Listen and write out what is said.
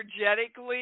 Energetically